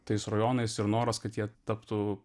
tais rajonais ir noras kad jie taptų